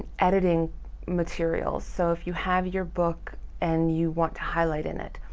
editing material. so, if you have your book and you want to highlight in it,